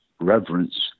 reverence